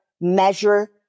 measure